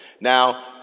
Now